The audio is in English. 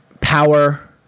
power